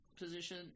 position